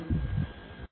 நன்றி